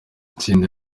itsinda